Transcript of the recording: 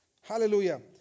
Hallelujah